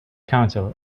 council